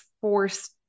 forced